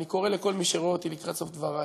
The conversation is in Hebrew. אני קורא לכל מי שרואה אותי לקראת סוף דברי